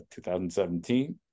2017